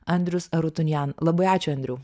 andrius arutinjan jam labai ačiū andriau